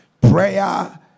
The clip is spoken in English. Prayer